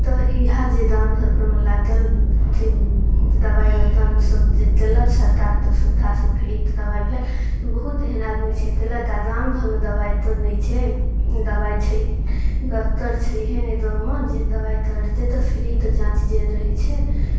तऽ इएह जे दाम धरपर मे लादल जे दवाइ दोतानसभ जे तेलक सरकार से तऽ सुविधामे फ्रीते दवाइ भेल तऽ बहुत एहन आदमी छै देलथि आ दाम धरमे दवाइ तऽ नहि छै दवाइ छैहे डॉक्टर छैहे नहि दाँवमे जे दवाइ तरतै तऽ फ्रीते जाँच जे रहै छै